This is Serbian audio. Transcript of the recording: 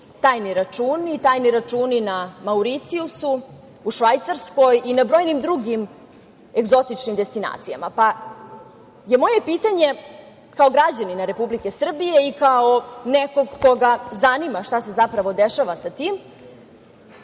tajni računi, tajni računi na Mauricijusu, u Švajcarskoj i na brojnim drugim egzotičnim destinacijama, pa je moje pitanje kao građanina Republike Srbije i kao nekog koga zanima šta se zapravo dešava sa tim,